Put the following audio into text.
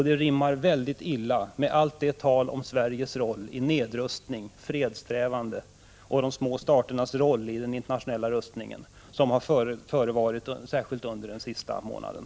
Det rimmar väldigt illa med allt det tal om Sveriges roll i nedrustning och fredssträvanden och om de små staternas roll i den internationella rustningen som har förevarit, särskilt under den senaste månaden.